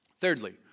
Thirdly